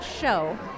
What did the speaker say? show